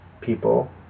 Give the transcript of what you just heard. people